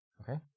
Okay